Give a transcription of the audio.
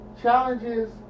challenges